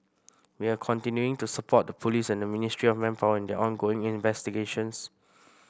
we are continuing to support the police and Ministry of Manpower in their ongoing investigations